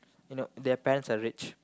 you know they're parents are rich